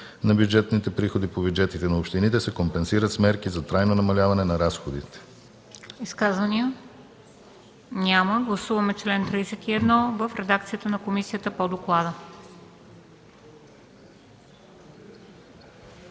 на бюджетните приходи по бюджетите на общините, се компенсират с мерки за трайно намаляване на разходите.” ПРЕДСЕДАТЕЛ МЕНДА СТОЯНОВА: Изказвания? Няма. Гласуваме чл. 31 в редакцията на комисията по доклада.